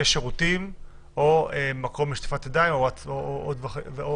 יש שירותים או מקום לשטיפת ידיים וכו'.